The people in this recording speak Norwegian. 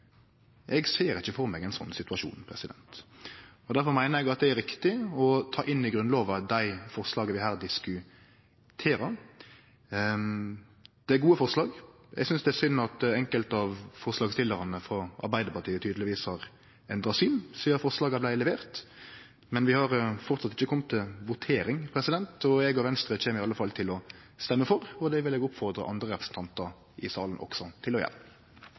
Eg ser ikkje for meg ein slik situasjon. Difor meiner eg det er riktig å ta inn i Grunnlova dei forslaga vi her diskuterer. Det er gode forslag. Eg synest det er synd at enkelte av forslagsstillarane frå Arbeidarpartiet tydelegvis har endra syn sidan forslaga vart leverte, men vi har framleis ikkje kome til votering. Så eg og Venstre kjem i alle fall til å stemme for, og det vil eg oppfordre andre representantar i salen også til å gjere.